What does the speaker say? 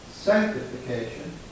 sanctification